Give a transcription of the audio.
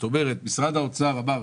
משרד האוצר אמר,